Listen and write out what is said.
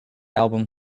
album